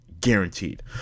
Guaranteed